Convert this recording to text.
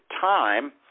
time